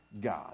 God